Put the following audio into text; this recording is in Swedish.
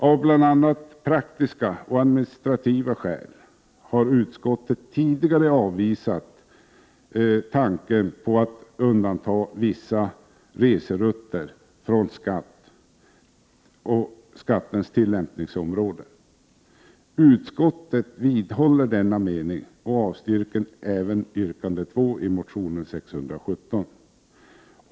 Av bl.a. praktiska och administrativa skäl har utskottet tidigare avvisat tanken på att undanta vissa reserutter från skattens tillämpningsområde. Utskottet vidhåller denna mening och avstyrker även yrkande 2 i motion Sk617.